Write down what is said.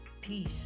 Peace